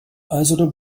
isotope